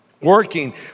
Working